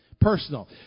personal